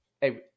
hey